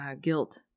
guilt